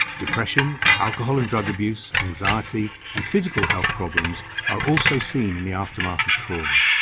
depression, alcohol and drug abuse, anxiety and physical health problems are also seen in the aftermath of trauma.